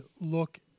look